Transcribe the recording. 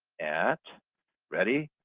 at ready,